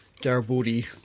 Garibaldi